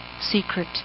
secret